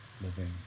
living